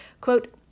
Quote